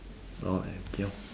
orh uh okay lor